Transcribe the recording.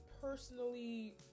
personally